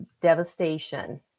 Devastation